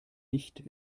nicht